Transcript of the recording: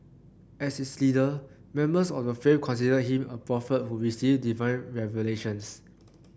as is leader members of the faith considered him a prophet who received divine revelations